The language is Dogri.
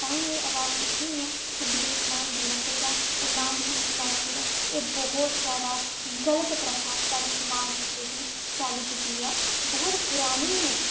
तां गै एह् अवाज उट्ठनी ऐ कि दाज नेईं देना चाहिदा और नां गै लैना चाहिदा एह् बहुत जैदा गल्त प्रथा साढ़े समाज च जेह्की फैली चुकी ऐ बहुत परानी ऐ